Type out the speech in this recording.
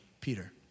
Peter